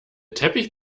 teppich